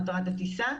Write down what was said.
בטלה.